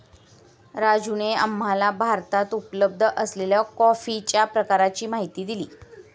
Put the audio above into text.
राजूने आम्हाला भारतात उपलब्ध असलेल्या कॉफीच्या प्रकारांची माहिती दिली